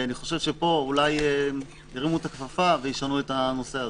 אולי פה ירימו את הכפפה וישנו את הנושא הזה.